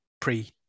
pre